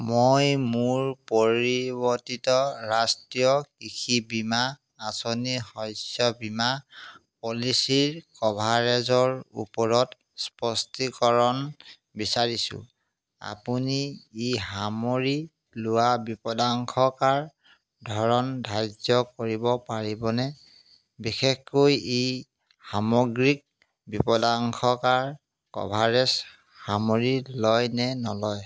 মই মোৰ পৰিৱৰ্তিত ৰাষ্ট্ৰীয় কৃষি বীমা আঁচনি শস্য বীমা পলিচীৰ কভাৰেজৰ ওপৰত স্পষ্টীকৰণ বিচাৰিছোঁ আপুনি ই সামৰি লোৱা বিপদাশংকাৰ ধৰণ ধাৰ্য্য কৰিব পাৰিবনে বিশেষকৈ ই সামগ্ৰিক বিপদাশংকাৰ কভাৰেজ সামৰি লয় নে নলয়